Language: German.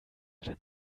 denn